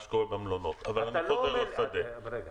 שקורה במלונות אבל אני חוזר לשדה -- רגע,